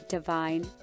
Divine